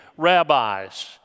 rabbis